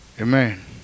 Amen